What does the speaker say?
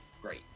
great